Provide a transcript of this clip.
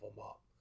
up